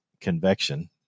convection